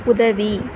உதவி